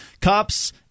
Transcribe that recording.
cops